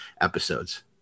episodes